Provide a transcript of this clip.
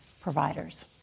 providers